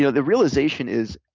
yeah the realization is,